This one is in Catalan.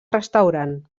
restaurant